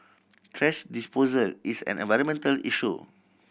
thrash disposal is an environmental issue